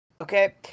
Okay